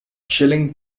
chilling